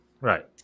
Right